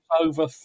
over